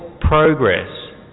progress